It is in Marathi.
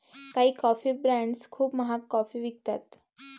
काही कॉफी ब्रँड्स खूप महाग कॉफी विकतात